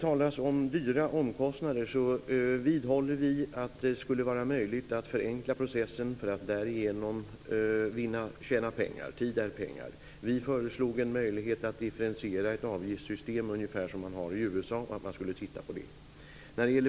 I fråga om dyra omkostnader vidhåller vi att det skulle vara möjligt att förenkla processen för att därigenom tjäna pengar. Tid är pengar. Vi föreslog en möjlighet att differentiera ett avgiftssystem, ungefär som i USA.